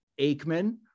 Aikman